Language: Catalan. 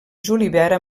julivert